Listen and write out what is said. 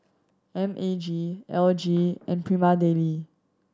M A G L G and Prima Deli